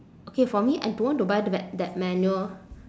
okay for me I don't want to buy that that manual